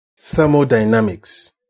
Thermodynamics